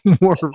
more